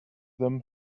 them